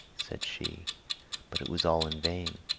said she but it was all in vain.